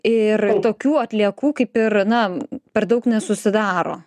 ir tokių atliekų kaip ir na per daug nesusidaro